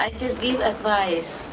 i just give advice,